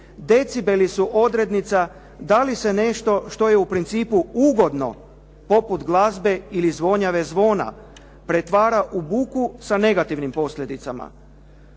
Decibeli su odrednica da li se nešto što je u principu ugodno, poput glazbe ili zvonjave zvona pretvara u buku sa negativnim posljedicama.